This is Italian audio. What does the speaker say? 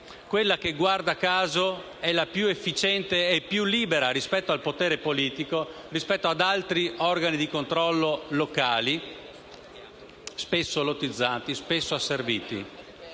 delitti ambientali, la più efficiente e più libera rispetto al potere politico, rispetto ad altri organi di controllo locali spesso lottizzati e asserviti.